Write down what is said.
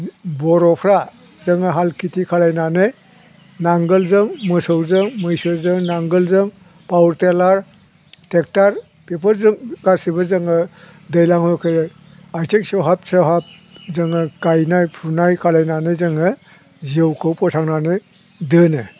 बर'फ्रा जोङो हाल खेथि खालामनानै नांगालजों मोसौजों मैसोजों नांगालजों पावार टिलार ट्रेक्टर बेफोरजों गासिबो जोङो दैज्लाङा आथिं सेवहाब सेवहाब जोङो गायनाय फुनाय खालायनानै जोङो जिउखौ फोथांनानै दोनो